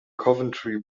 coventry